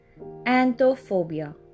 anthophobia